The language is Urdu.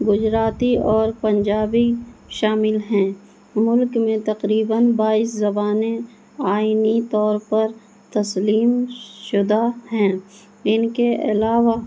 گجراتی اور پنجابی شامل ہیں ملک میں تقریباً بائیس زبانیں آئینی طور پر تسلیم شدہ ہیں ان کے علاوہ